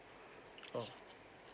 oh